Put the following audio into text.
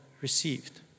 received